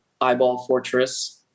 eyeballfortress